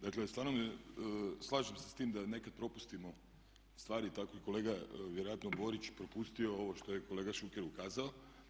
Dakle, stvarno mi, slažem se s tim da nekad propustimo stvari, tako i kolega vjerojatno Borić propustio ovo što je kolega Šuker ukazao.